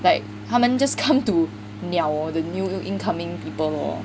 like 他们 just come to niao the new incoming people lor